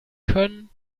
können